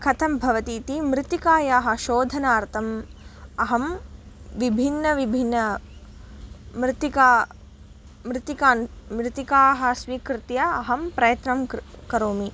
कथं भवतीति मृत्तिकायाः शोधनार्थम् अहं विभिन्नविभिन्नमृत्तिका मृत्तिकान् मृत्तिकाः स्वीकृत्य अहं प्रयत्नं कृत् करोमि